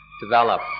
develop